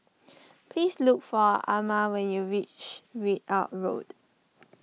please look for Ama when you reach Ridout Road